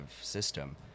system